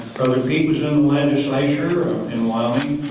brother pete was in the legislature in wyoming